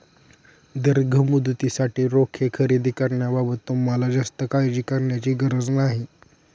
दीर्घ मुदतीसाठी रोखे खरेदी करण्याबाबत तुम्हाला जास्त काळजी करण्याची गरज नाही